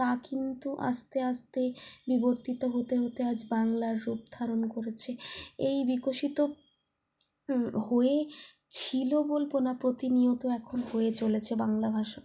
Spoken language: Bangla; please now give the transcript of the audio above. তা কিন্তু আস্তে আস্তে বিবর্তিত হতে হতে আজ বাংলার রূপ ধারণ করেছে এই বিকশিত হয়েছিলো বলবো না প্রতিনিয়ত এখন হয়ে চলেছে বাংলা ভাষা